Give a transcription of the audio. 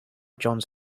johns